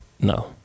No